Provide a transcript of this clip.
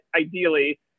Ideally